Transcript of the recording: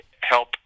help